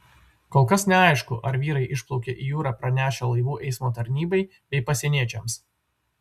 kol kas neaišku ar vyrai išplaukė į jūrą pranešę laivų eismo tarnybai bei pasieniečiams